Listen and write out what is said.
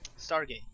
Stargate